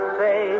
say